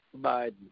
Biden